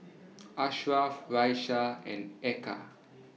Ashraf Raisya and Eka